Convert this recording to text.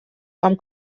com